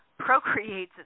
procreates